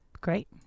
Great